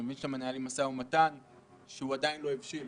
אני מבין שאתם מנהלים משא ומתן שעדיין לא הבשיל.